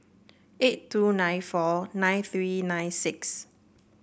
eight two nine four nine three nine six